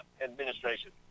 administration